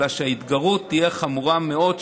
אלא שההתגרות תהיה חמורה מאוד,